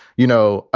you know,